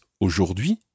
aujourd'hui